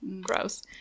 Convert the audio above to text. Gross